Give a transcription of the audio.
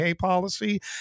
policy